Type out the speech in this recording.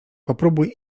popróbuj